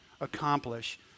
accomplish